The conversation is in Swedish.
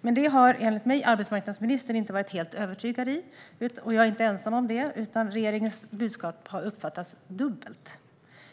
Men här har, enligt mig, arbetsmarknadsministern inte varit helt övertygande, och det är jag inte ensam om att tycka; regeringens budskap har uppfattats som dubbelt.